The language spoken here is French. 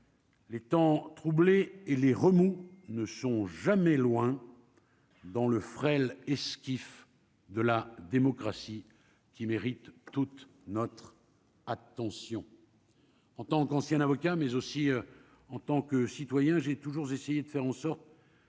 Les temps troublés et les remous ne sont jamais loin dans le frêle et ce qui fait de la démocratie qui mérite toute notre attention en tant qu'ancien avocat mais aussi en tant que citoyen, j'ai toujours essayé de faire en sorte.